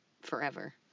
forever